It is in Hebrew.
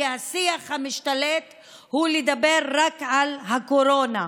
כי השיח המשתלט הוא לדבר רק על הקורונה.